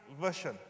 version